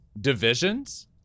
divisions